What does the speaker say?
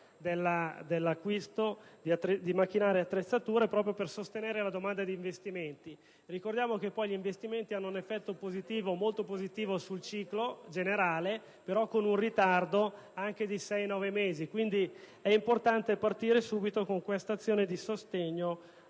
dell'acquisto di macchinari e attrezzature proprio a sostegno della domanda di investimenti. Va ricordato poi che gli investimenti hanno un effetto molto positivo sul ciclo generale, anche se con un ritardo di sei-nove mesi. Quindi, è importante partire subito con questa azione di sostegno